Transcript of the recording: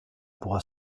pourra